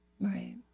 Right